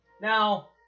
Now